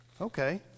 Okay